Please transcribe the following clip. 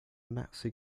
nazi